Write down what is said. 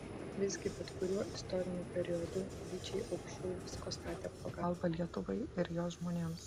visgi bet kuriuo istoriniu periodu vyčiai aukščiau visko statė pagalbą lietuvai ir jos žmonėms